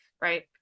right